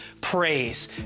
praise